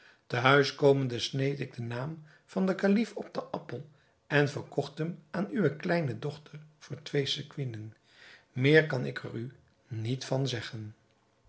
te huis komende sneed ik den naam van den kalif op den appel en verkocht hem aan uwe kleine dochter voor twee sequinen meer kan ik er u niet van zeggen